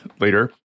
later